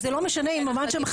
אז זה לא משנה אם עמד שם,